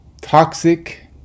toxic